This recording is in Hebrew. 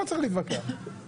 לא ראינו שום דבר חריג.